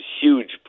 huge